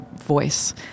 voice